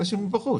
אלה שמבחוץ.